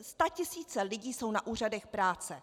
Statisíce lidí jsou na úřadech práce.